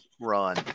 run